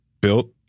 built